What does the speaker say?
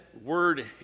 word